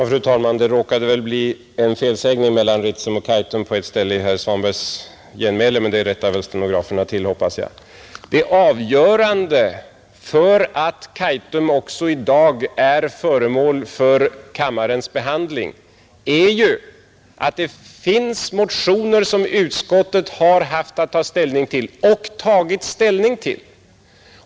Fru talman! Det avgörande för att också Kaitum i dag är föremål för kammarens behandling är att det finns motioner om den saken som utskottet har haft att ta ställning till och som utskottet också har gjort.